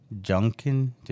Junkin